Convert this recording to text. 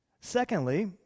Secondly